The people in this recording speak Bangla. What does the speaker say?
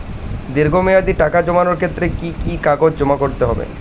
দীর্ঘ মেয়াদি টাকা জমানোর ক্ষেত্রে কি কি কাগজ জমা করতে হবে?